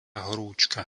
horúčka